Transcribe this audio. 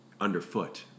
underfoot